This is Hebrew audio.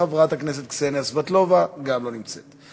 חברת הכנסת קסניה סבטלובה, גם לא נמצאת.